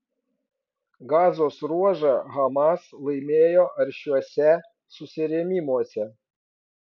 gazos ruožą hamas laimėjo aršiuose susirėmimuose